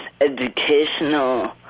educational